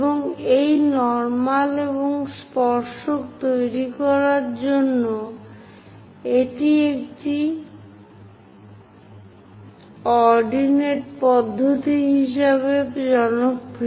এবং এই নর্মাল এবং স্পর্শক তৈরির জন্য এটি একটি অর্ডিনেট পদ্ধতি হিসাবে জনপ্রিয়